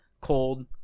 cold